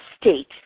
state